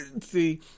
See